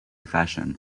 fashion